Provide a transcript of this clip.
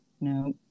No